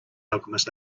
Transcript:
alchemist